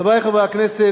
חברי חברי הכנסת,